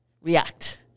react